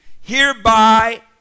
Hereby